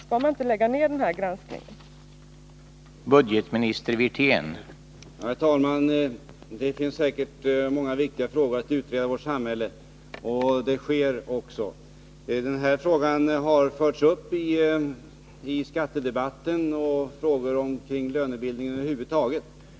Skall man inte lägga ned den granskning det här gäller?